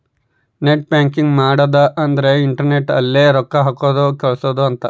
net banking ಮಾಡದ ಅಂದ್ರೆ internet ಅಲ್ಲೆ ರೊಕ್ಕ ಹಾಕೋದು ಕಳ್ಸೋದು ಅಂತ